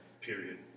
period